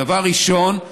דבר ראשון,